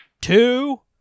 two